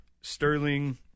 Sterling